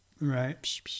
Right